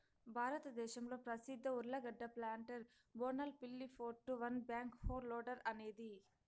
భారతదేశంలో ప్రసిద్ధ ఉర్లగడ్డ ప్లాంటర్ బోనాల్ పిల్లి four two one backhoe loader అనేది